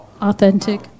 Authentic